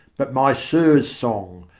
but my sir's song,